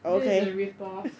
this is a rip off